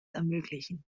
ermöglichen